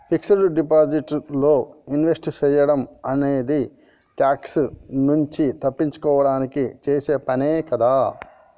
fixed deposit లో invest సేయడం అనేది ట్యాక్స్ నుంచి తప్పించుకోడానికి చేసే పనే కదా